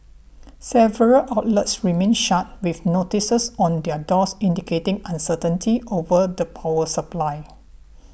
several outlets remained shut with notices on their doors indicating uncertainty over the power supply